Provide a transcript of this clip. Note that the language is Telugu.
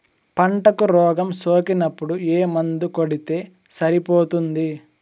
పంటకు రోగం సోకినపుడు ఏ మందు కొడితే సరిపోతుంది?